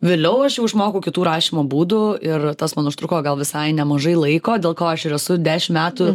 vėliau aš jau išmokau kitų rašymo būdų ir tas man užtruko gal visai nemažai laiko dėl ko aš ir esu dešim metų